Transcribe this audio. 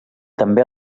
també